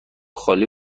خالی